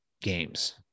games